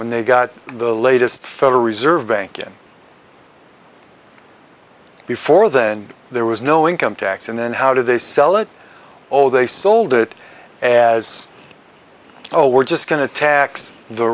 when they got the latest federal reserve bank in before then there was no income tax and then how do they sell it all they sold it as oh we're just going to tax the